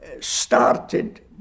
started